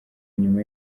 nyuma